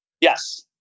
Yes